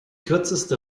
kürzeste